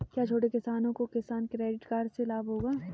क्या छोटे किसानों को किसान क्रेडिट कार्ड से लाभ होगा?